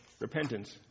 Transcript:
repentance